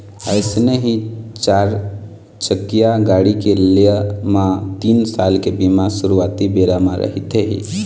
अइसने ही चारचकिया गाड़ी के लेय म तीन साल के बीमा सुरुवाती बेरा म रहिथे ही